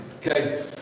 Okay